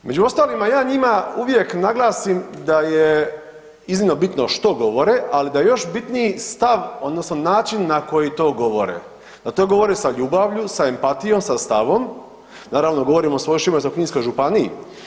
Među ostalima ja njima uvijek naglasim da je iznimno bitno što govore, ali da je još bitniji stav odnosno način na koji to govore, da to govore sa ljubavlju, sa empatijom, sa stavom, naravno govorim o svojoj Šibensko-kninskoj županiji.